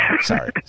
sorry